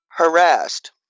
Harassed